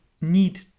need